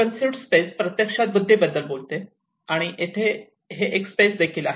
conceived space प्रत्यक्षात बुद्धीबद्दल बोलते आणि येथे हे एक स्पेस देखील आहे